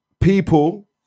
people